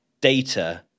data